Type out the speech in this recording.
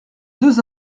deux